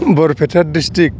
Barpeta district